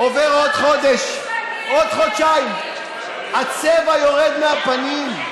עובר עוד חודש, עוד חודשיים, הצבע יורד מהפנים.